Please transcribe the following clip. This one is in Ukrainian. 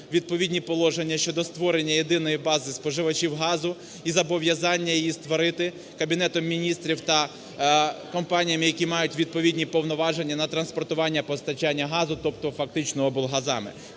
відповідні положення щодо створення єдиної бази споживачів газу і зобов'язання її створити Кабінетом Міністрів та компаніями, які мають відповідні повноваження на транспортування (постачання) газу, тобто фактично облгазами.